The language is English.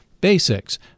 basics